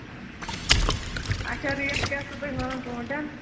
آچھا اَچھا ریٹ کیٛاہ چھُو تُہۍ وَنان ژوٗنٛٹٮ۪ن